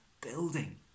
building